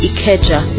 Ikeja